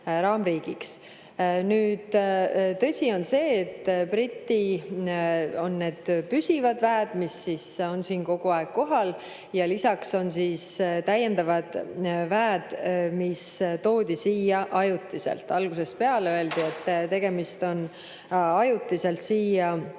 raamriigiks. Nüüd, tõsi on see, et on need püsivad väed, mis on siin kogu aeg kohal, ja lisaks on täiendavad väed, mis toodi siia ajutiselt. Algusest peale öeldi, et tegemist on ajutiselt siia